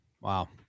Wow